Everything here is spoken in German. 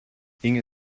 inge